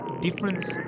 difference